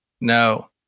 No